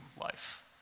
life